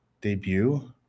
debut